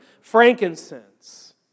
frankincense